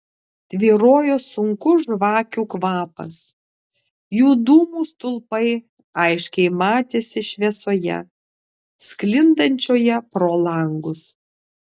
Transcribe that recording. tvyrojo sunkus žvakių kvapas jų dūmų stulpai aiškiai matėsi šviesoje sklindančioje pro langus